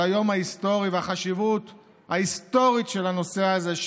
היום ההיסטורי והחשיבות ההיסטורית של הנושא הזה,